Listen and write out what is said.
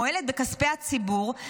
מועלת בכספי הציבור,